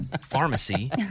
pharmacy